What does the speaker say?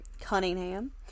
Cunningham